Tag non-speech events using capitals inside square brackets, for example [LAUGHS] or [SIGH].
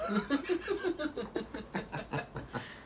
[LAUGHS]